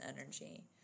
energy